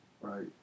Right